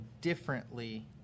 differently